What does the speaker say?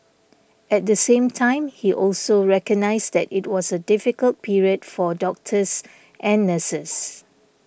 at the same time he also recognised that it was a difficult period for doctors and nurses